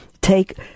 take